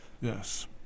Yes